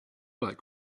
like